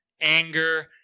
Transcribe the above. anger